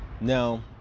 Now